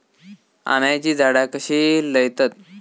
आम्याची झाडा कशी लयतत?